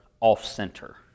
off-center